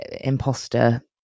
imposter